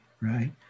right